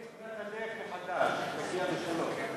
צריך תפילת הדרך מחדש, שתגיע בשלום.